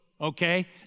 okay